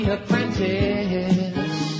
Apprentice